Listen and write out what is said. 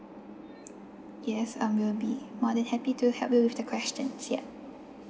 yes um we'll be more than happy to help you with the questions ya